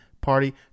party